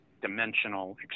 dimensional